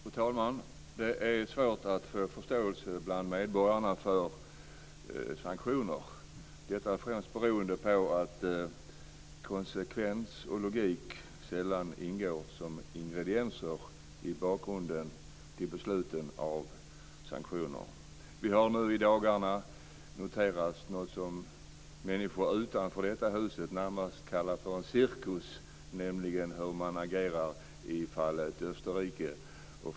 Fru talman! Det är svårt att få förståelse bland medborgarna för sanktioner, detta främst beroende på att konsekvens och logik sällan ingår som ingredienser i bakgrunden till besluten om sanktioner. Vi har i dagarna noterat något som människor utanför detta hus närmast tycker är en cirkus, nämligen hur man agerar i fallet Österrike.